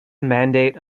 mandate